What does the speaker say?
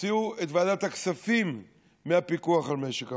הוציאו את ועדת הכספים מהפיקוח על משק המים.